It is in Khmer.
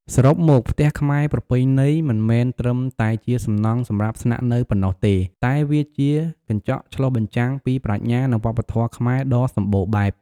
សរុបមក ផ្ទះខ្មែរប្រពៃណី មិនមែនត្រឹមតែជាសំណង់សម្រាប់ស្នាក់នៅប៉ុណ្ណោះទេ តែវាជា កញ្ចក់ឆ្លុះបញ្ចាំងពីប្រាជ្ញា និងវប្បធម៌ខ្មែរ ដ៏សម្បូរបែប។